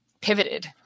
pivoted